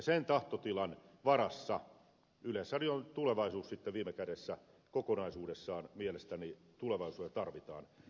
sen tahtotilan varassa yleisradion tulevaisuus sitten viime kädessä kokonaisuudessaan mielestäni tulevaisuudessa tarvitaan